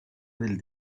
del